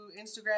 Instagram